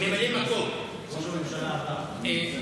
ראש הממשלה הבא.